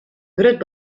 grut